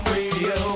Radio